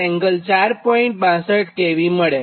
62° kV છે